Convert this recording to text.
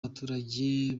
abaturage